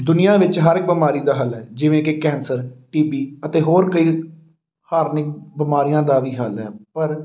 ਦੁਨੀਆ ਵਿੱਚ ਹਰ ਇੱਕ ਬਿਮਾਰੀ ਦਾ ਹੱਲ ਹੈ ਜਿਵੇਂ ਕਿ ਕੈਂਸਰ ਟੀ ਬੀ ਅਤੇ ਹੋਰ ਕਈ ਹਾਰਨਿਕ ਬਿਮਾਰੀਆਂ ਦਾ ਵੀ ਹੱਲ ਹੈ ਪਰ